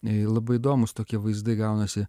ei labai įdomūs tokie vaizdai gaunasi